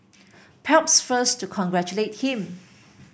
perhaps first to congratulate him